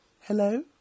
hello